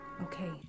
Okay